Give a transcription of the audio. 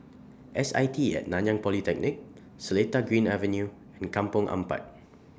S I T Nanyang Polytechnic Seletar Green Avenue and Kampong Ampat